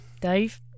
Dave